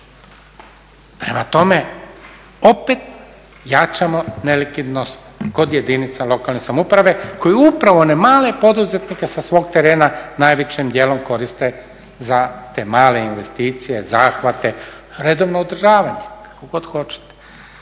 Prema tome, opet jačamo nelikvidnost kod jedinica lokalne samouprave koji upravo one male poduzetnike sa svog terena najvećim djelom koriste za te male investicije, zahvate, redovno održavanje kako god hoćete.